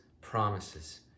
promises